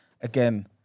Again